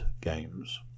games